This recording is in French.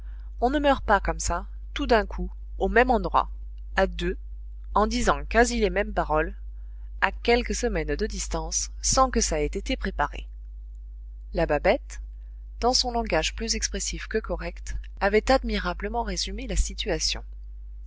on ne meurt pas comme ça tout d'un coup au même endroit à deux en disant quasi les mêmes paroles à quelques semaines de distance sans que ça ait été préparé la babette dans son langage plus expressif que correct avait admirablement résumé la situation